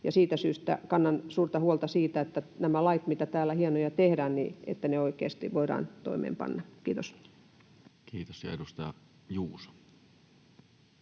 Siitä syystä kannan suurta huolta siitä, että nämä hienot lait, mitä täällä tehdään, voidaan oikeasti toimeenpanna. — Kiitos. Kiitos. — Ja edustaja Juuso.